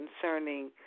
concerning